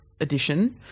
edition